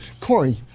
Corey